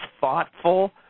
thoughtful